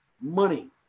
Money